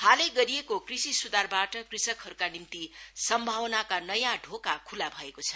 हालै गरिएको कृषि स्धारबाट कृषकहरूका निम्ति सम्भावनाका नयाँ ढोका ख्ला भेको छ